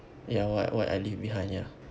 ya what what I leave behind ya